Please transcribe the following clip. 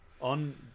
On